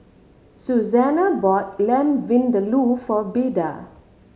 Susanna bought Lamb Vindaloo for Beda